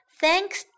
thanks